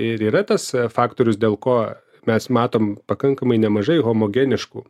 ir yra tas faktorius dėl ko mes matom pakankamai nemažai homogeniškų